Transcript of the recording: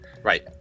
Right